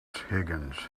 higgins